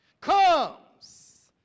comes